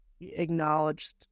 acknowledged